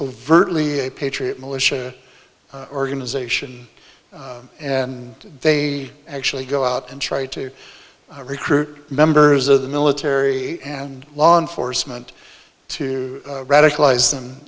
virtually a patriot militia organization and they actually go out and try to recruit members of the military and law enforcement to radicalize them